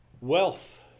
wealth